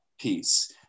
piece